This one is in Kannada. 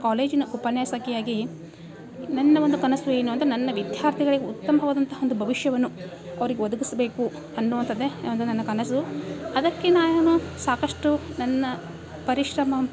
ಕಾಲೇಜಿನ ಉಪನ್ಯಾಸಕಿ ಆಗಿ ನನ್ನ ಒಂದು ಕನಸು ಏನು ಅಂದರೆ ನನ್ನ ವಿದ್ಯಾರ್ಥಿಗಳಿಗೆ ಉತ್ತಮವಾದಂತಹ ಒಂದು ಭವಿಷ್ಯವನ್ನು ಅವ್ರಿಗೆ ಒದಗಿಸ್ಬೇಕು ಅನ್ನುವಂಥದ್ದೇ ಈ ಒಂದು ನನ್ನ ಕನಸು ಅದಕ್ಕೆ ನಾ ಏನು ಸಾಕಷ್ಟು ನನ್ನ ಪರಿಶ್ರಮ